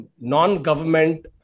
non-government